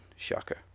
Shocker